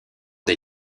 des